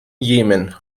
jemen